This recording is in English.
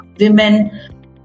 women